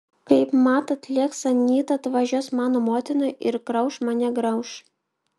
kaipmat atlėks anyta atvažiuos mano motina ir grauš mane grauš